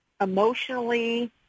emotionally